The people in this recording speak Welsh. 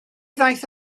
ddaeth